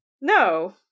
no